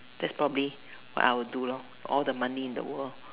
that's probably what I would do lor all the money in the world